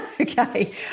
Okay